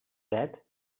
that